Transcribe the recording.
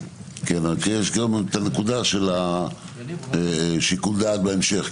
יש גם את הנקודה של שיקול הדעת בהמשך,